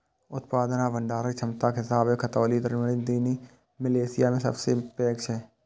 उत्पादन आ भंडारण क्षमताक हिसाबें खतौली त्रिवेणी चीनी मिल एशिया मे सबसं पैघ छै